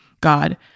God